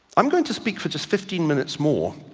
i'm going to speak for just fifteen minutes more,